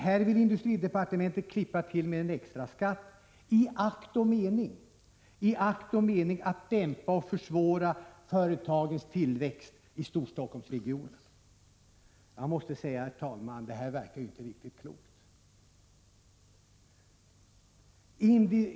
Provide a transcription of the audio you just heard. Här vill industridepartementet klippa till med en extra skatt i akt och mening att dämpa och försvåra företagens tillväxt i Storstockholmsregionen. Herr talman! Det här verkar ju inte riktigt klokt.